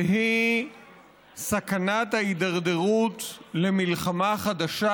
והיא סכנת ההידרדרות למלחמה חדשה,